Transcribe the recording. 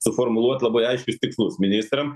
suformuluot labai aiškius tikslus ministram